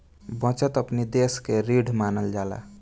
बचत अपनी देस के रीढ़ मानल जाला